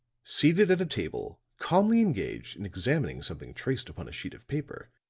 seated at a table, calmly engaged in examining something traced upon a sheet of paper,